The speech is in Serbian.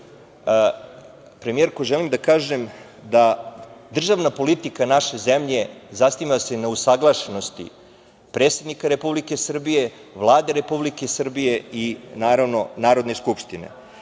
premijerko, želim da kažem da državna politika naše zemlje zasniva se na usaglašenosti predsednika Republike Srbije, Vlade Republike Srbije i, naravno, Narodne skupštine,